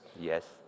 Yes